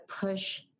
push